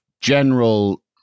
general